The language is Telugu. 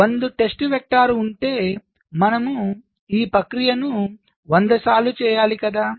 100 టెస్ట్ వెక్టర్స్ ఉంటే మనము ఈ ప్రక్రియను 100 సార్లు చేయాలి కదా